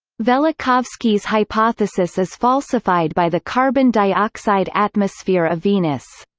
velikovsky's hypothesis is falsified by the carbon dioxide atmosphere of venus.